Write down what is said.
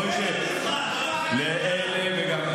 מאיר, תקשיב, תסתכל אליו.